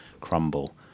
crumble